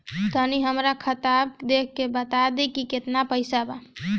तनी हमर खतबा देख के बता दी की केतना पैसा बा?